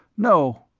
no.